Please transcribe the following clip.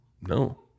No